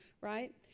Right